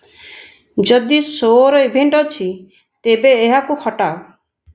ଯଦି sure event ଅଛି ତେବେ ଏହାକୁ ହଟାଅ